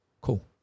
cool